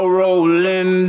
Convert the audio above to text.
rolling